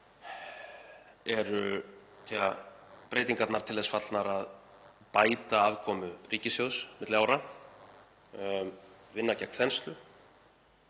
eru breytingarnar til þess fallnar að bæta afkomu ríkissjóðs milli ára, vinna gegn þenslu,